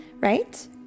right